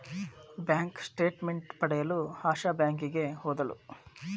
bank statement ಪಡೆಯಲು ಆಶಾ ಬ್ಯಾಂಕಿಗೆ ಹೋದಳು